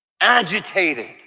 agitated